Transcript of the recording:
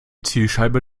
zielscheibe